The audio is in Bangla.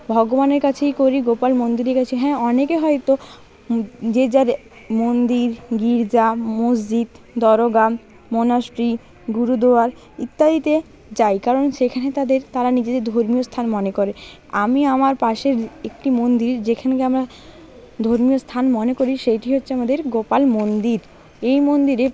ভগবানের কাছেই করি গোপাল মন্দিরের কাছে হ্যাঁ অনেকে হয়তো যে যার মন্দির গির্জা মসজিদ দরগা মনাস্ট্রি গুরুদোয়ার ইত্যাদিতে যায় কারণ সেখানে তাদের তারা নিজেদের ধর্মীয় স্থান মনে করে আমি আমার পাশের একটি মন্দির যেখানকে আমার ধর্মীয় স্থান মনে করি সেইটি হচ্ছে আমাদের গোপাল মন্দির এই মন্দিরে